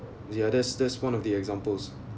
the others that's one of the examples